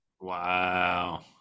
Wow